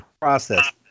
process